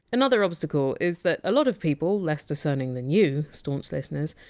another obstacle is that a lot of people, less discerning than you, staunch listeners,